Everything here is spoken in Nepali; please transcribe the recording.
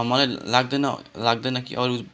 मलाई लाग्दैन लाग्दैन कि अरू